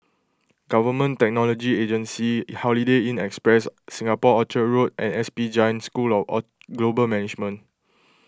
Government Technology Agency Holiday Inn Express Singapore Orchard Road and S P Jain School of or Global Management